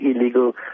illegal